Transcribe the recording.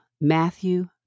Matthew